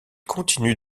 continuent